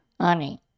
Honey